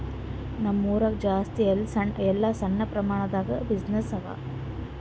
ನಮ್ ಊರಾಗ ಜಾಸ್ತಿ ಎಲ್ಲಾ ಸಣ್ಣ ಪ್ರಮಾಣ ದಾಗೆ ಬಿಸಿನ್ನೆಸ್ಸೇ ಅವಾ